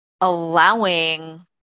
allowing